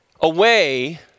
away